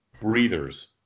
breathers